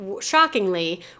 Shockingly